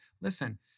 listen